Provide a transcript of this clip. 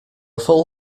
full